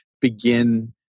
begin